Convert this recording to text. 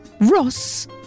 Ross